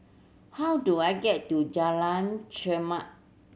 how do I get to Jalan Chermat